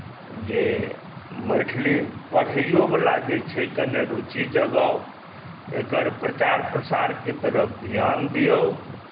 जे मैथिली पढ़ैओवला जे छै कने रुचि जगाउ एकर प्रचार प्रसारके तरफ ध्यान दियौ